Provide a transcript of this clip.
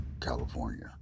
California